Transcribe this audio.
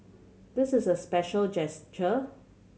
this is a special gesture